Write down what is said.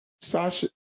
Sasha